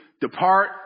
depart